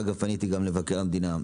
ואגב פניתי גם למבקר המדינה.